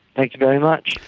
thanks very much.